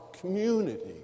community